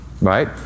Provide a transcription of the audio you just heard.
right